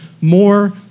more